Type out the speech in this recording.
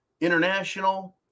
international